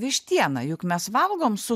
vištieną juk mes valgom su